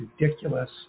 ridiculous